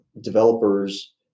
developers